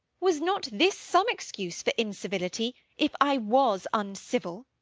was not this some excuse for incivility, if i was uncivil?